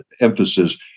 emphasis